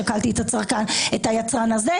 שקלתי את היצרן הזה,